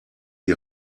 die